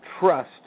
trust